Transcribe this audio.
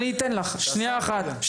אני אתן לך, שניה אחת.